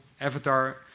avatar